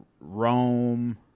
rome